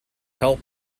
help